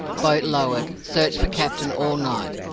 boat lowered, searched for captain all night,